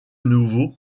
nouveau